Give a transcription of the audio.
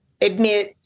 admit